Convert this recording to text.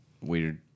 weird